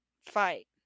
Fight